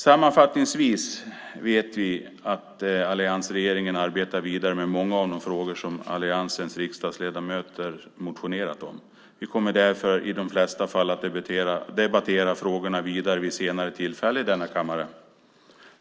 Sammanfattningsvis vet vi att alliansregeringen arbetar vidare med många av de frågor som alliansens riksdagsledamöter har motionerat om. Vi kommer därför i de flesta fall att debattera frågorna vidare vid senare tillfälle i denna kammare.